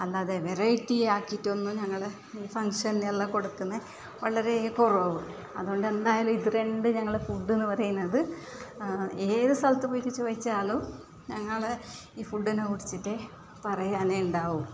നമ്മൾ അത് വെറൈറ്റിയാക്കിട്ടൊന്ന് ഞങ്ങളുടെ ഫങ്ക്ഷന് ന്റെ അന്ന് കൊടുക്കുന്നത് വളരെ കുറവ് അതുകൊണ്ടെന്തായാലും ഇത് രണ്ടും ഞങ്ങളുടെ ഫുഡെന്ന് പറയുന്നത് ഏത് സ്ഥലത്ത് പോയിട്ട് ചോദിച്ചാലും ഞങ്ങള് ഈ ഫുഡിനെ കുറിച്ചിട്ടേ പറയാൻ ഉണ്ടാകു